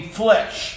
flesh